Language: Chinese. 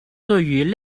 对于